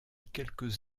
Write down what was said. quelques